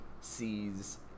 sees